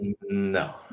No